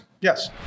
Yes